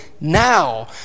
now